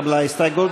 יחיאל חיליק בר,